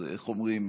אז איך אומרים,